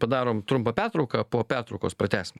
padarom trumpą pertrauką po pertraukos pratęsim